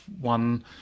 one